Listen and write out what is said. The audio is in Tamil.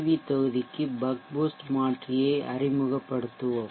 வி தொகுதிக்கு பக் பூஸ்ட் மாற்றி ஐ அறிமுகப்படுத்துவோம்